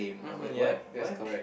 mmhmm yup that's correct